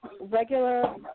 regular